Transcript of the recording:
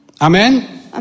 Amen